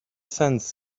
sense